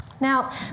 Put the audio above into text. Now